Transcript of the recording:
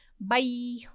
bye